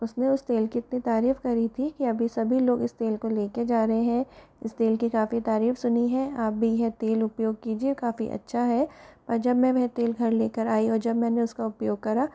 उसने उस तेल की इतनी तारीफ करी थी कि अभी सभी लोग इस तेल को लेकर जा रहे हैं इस तेल की काफ़ी तारीफ सुनी है आप भी यह तेल उपयोग कीजिए काफ़ी अच्छा है और जब मैं यह तेल घर लेकर आई और जब मैंने उसका उपयोग किया